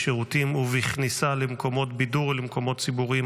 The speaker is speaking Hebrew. בשירותים ובכניסה למקומות בידור ולמקומות ציבוריים,